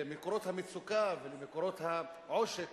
למקורות המצוקה ולמקורות העושק